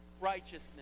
righteousness